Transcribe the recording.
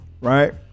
right